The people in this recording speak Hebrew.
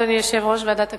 אדוני יושב-ראש ועדת הכספים,